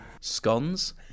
scones